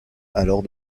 alors